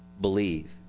believe